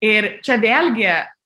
ir čia vėlgi